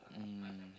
mm